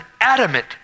adamant